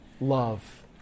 love